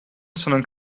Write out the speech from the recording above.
sondern